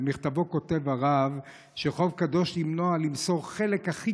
במכתבו כותב הרב שחוב קדוש למנוע מסירה של חלק הכי